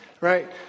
Right